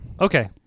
Okay